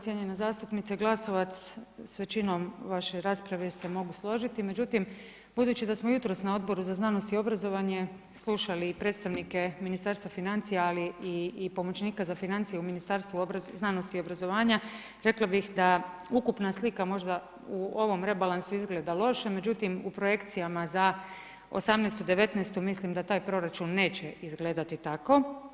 Cijenjena zastupnice Glasovac s većinom vaše rasprave se mogu složiti, međutim da smo jutros na Odboru za znanost i obrazovanje slušali i predstavnike Ministarstva financija, ali i pomoćnika za financije u Ministarstvu znanosti i obrazovanja rekla bih da ukupna slika možda u ovom rebalansu izgleda loše, međutim, u projekcijama za 2018., 2019. mislim da taj proračun neće izgledati tako.